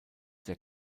der